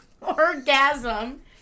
Orgasm